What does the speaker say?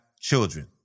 children